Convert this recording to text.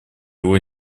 его